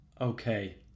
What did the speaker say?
Okay